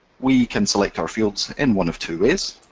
we can select our fields in one of two ways.